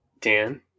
Dan